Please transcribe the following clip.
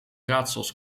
raadsels